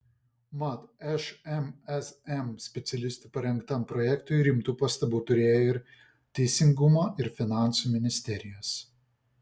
mat šmsm specialistų parengtam projektui rimtų pastabų turėjo ir teisingumo ir finansų ministerijos